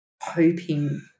hoping